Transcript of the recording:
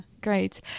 great